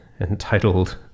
entitled